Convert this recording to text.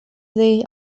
they